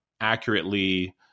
accurately